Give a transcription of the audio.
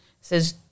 says